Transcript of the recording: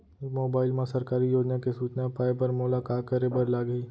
mobile मा सरकारी योजना के सूचना पाए बर मोला का करे बर लागही